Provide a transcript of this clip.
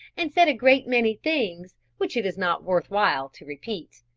and said a great many things which it is not worth while to repeat.